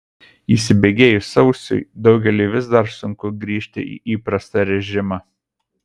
įsibėgėjus sausiui daugeliui vis dar sunku grįžti į įprastą režimą